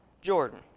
Jordan